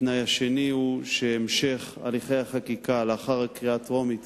התנאי השני הוא שהמשך הליכי החקיקה לאחר הקריאה הטרומית